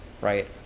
right